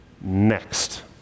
next